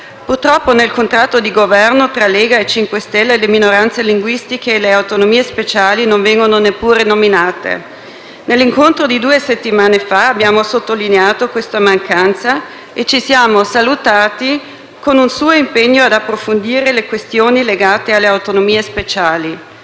Purtroppo, nel contratto di Governo tra Lega e MoVimento 5 Stelle, le minoranze linguistiche e le autonomie speciali non vengono neppure nominate. Nell'incontro di due settimane fa, abbiamo sottolineato questa mancanza e ci siamo salutati con un suo impegno ad approfondire le questioni legate alle autonomie speciali.